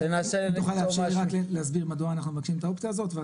אם תוכל לאפשר לי רק להסביר מדוע אנחנו מבקשים את האופציה הזאת.